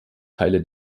teile